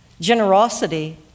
generosity